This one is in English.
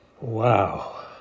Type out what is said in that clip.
Wow